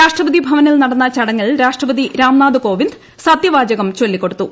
രാഷ്ട്രപതി ഭവനിൽ നടന്ന ചടങ്ങിൽ രാഷ്ട്രപതി രാംനാഥ് കോവിന്ദ് സത്യവാചകം ചൊല്ലിക്കൊടുത്തു